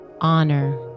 Honor